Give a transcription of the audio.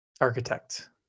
architect